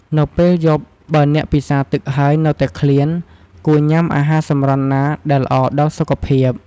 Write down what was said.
នៅពេលយប់បើអ្នកពិសារទឹកហើយនៅតែឃ្លាន គួរញុំាអាហារសម្រន់ណាដែលល្អដល់សុខភាព។